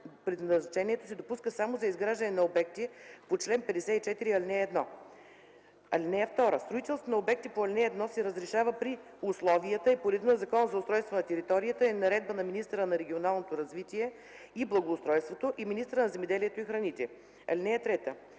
предназначението се допуска само за изграждане на обекти по чл. 54, ал. 1. (2) Строителството на обекти по ал. 1 се разрешава при условията и по реда на Закона за устройство на територията и на наредба на министъра на регионалното развитие и благоустройството и министъра на земеделието и храните. (3)